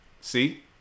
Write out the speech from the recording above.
See